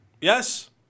yes